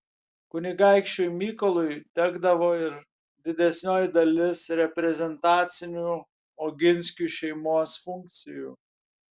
kunigaikščiui mykolui tekdavo ir didesnioji dalis reprezentacinių oginskių šeimos funkcijų